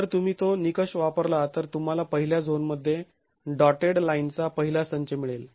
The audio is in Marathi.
जर तुम्ही तो निकष वापरला तर तुम्हाला पहिल्या झोनमध्ये डॉटेड लाईनचा पहिला संच मिळेल